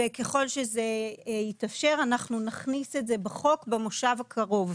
וככל שזה יתאפשר אנחנו נכניס את זה בחוק במושב הקרוב.